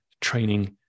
training